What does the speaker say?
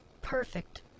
perfect